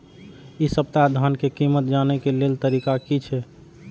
इ सप्ताह धान के कीमत जाने के लेल तरीका की छे?